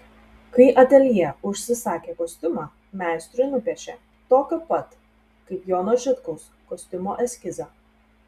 kai ateljė užsisakė kostiumą meistrui nupiešė tokio pat kaip jono žitkaus kostiumo eskizą